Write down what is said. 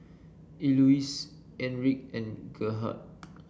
Elouise Enrique and Gerhard